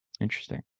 Interesting